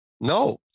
No